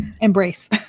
embrace